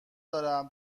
دارم